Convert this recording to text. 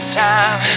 time